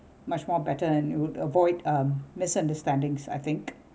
much more better and you would avoid um misunderstandings I think